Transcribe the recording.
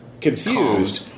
confused